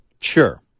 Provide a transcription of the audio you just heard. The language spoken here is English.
Sure